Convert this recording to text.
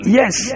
yes